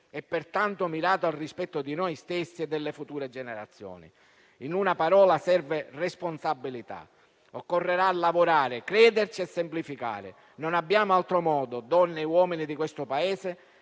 e, pertanto, di noi stessi e delle future generazioni. In una parola, serve responsabilità. Occorrerà lavorare, crederci e semplificare. Non abbiamo altro modo, donne e uomini di questo Paese,